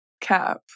cap